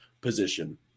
position